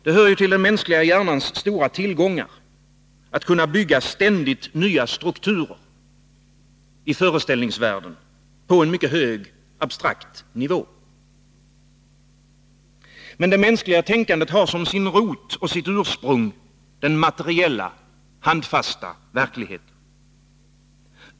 Det hör till den mänskliga hjärnans stora tillgångar att kunna bygga ständigt nya strukturer i föreställningsvärlden på en mycket hög abstrakt nivå. Men det mänskliga tänkandet har som sin rot och sitt ursprung den materiella, handfasta verkligheten.